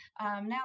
now